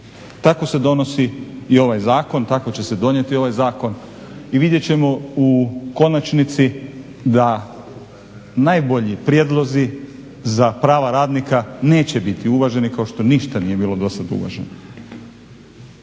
Tako se donosi i ovaj zakon, tako će donijeti ovaj zakon i vidjet ćemo u konačnici da najbolji prijedlozi za prava radnika neće biti uvaženi kao što ništa nije bilo do sad uvaženo.